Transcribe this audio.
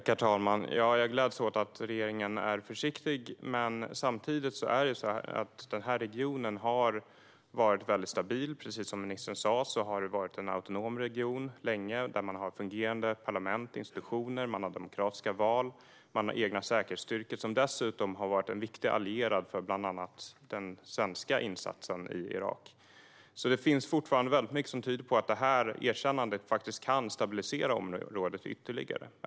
Herr talman! Jag gläds åt att regeringen är försiktig. Samtidigt har den här regionen varit väldigt stabil. Precis som ministern sa har den länge varit en autonom region där man har ett fungerande parlament, institutioner och demokratiska val. Man har egna säkerhetsstyrkor som dessutom har varit en viktig allierad för bland annat den svenska insatsen i Irak. Det finns alltså fortfarande mycket som tyder på att det här erkännandet faktiskt kan stabilisera området ytterligare.